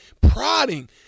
prodding